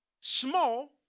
small